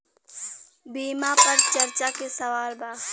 बीमा पर चर्चा के सवाल बा?